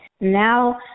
Now